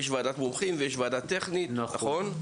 יש ועדת מומחים ויש ועדה טכנית, נכון?